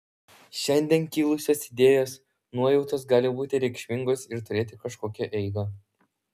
šiandien kilusios idėjos nuojautos gali būti reikšmingos ir turėti kažkokią eigą